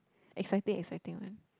exciting exciting one